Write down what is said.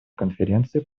конференции